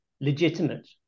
legitimate